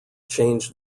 changed